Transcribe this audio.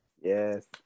Yes